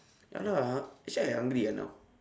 ya lah actually I hungry ah now